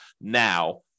now